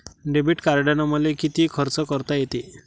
Debit कार्डानं मले किती खर्च करता येते?